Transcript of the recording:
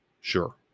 Sure